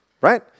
Right